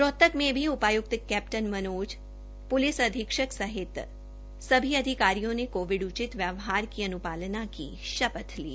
रोहतक में भी उपायुक्त कैप्टन मनोज प्लिस अधीक्षक सहित सभी अधिकारियों ने कोविड उचित व्यवहार की अन्पालना की शपथ ली